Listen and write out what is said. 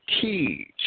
teach